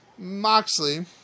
moxley